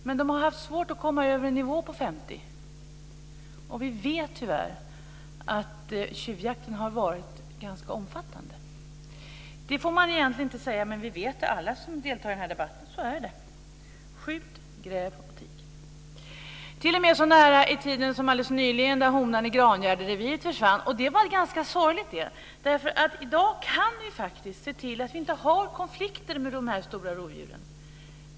Men de har haft svårt att komma över en nivå på 50. Vi vet tyvärr att tjuvjakten har varit ganska omfattande. Det får man egentligen inte säga, men alla vi som deltar i den här debatten vet att det är så. "Skjut, gräv och tig!" Vi har t.o.m. sett det så nära i tiden som alldeles nyligen, när honan i Grangärdereviret försvann. Det var ganska sorgligt. I dag kan vi nämligen se till att det inte blir konflikter med de stora rovdjuren.